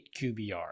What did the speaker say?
QBR